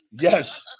yes